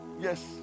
Yes